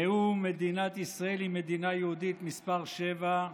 נאום מדינת ישראל היא מדינה יהודית מס' 7,